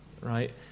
right